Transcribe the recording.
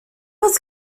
was